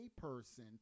person